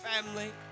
family